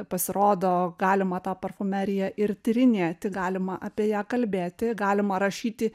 pasirodo galima tą parfumeriją ir tyrinėti galima apie ją kalbėti galima rašyti